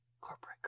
Corporate